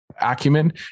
acumen